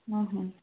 ହଁ ହଁ